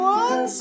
one